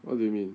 what do you mean